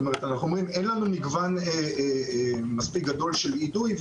אין לנו מגוון מספיק גדול של אידוי,